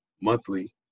monthly